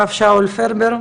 הרב שאול פרבר,